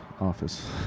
office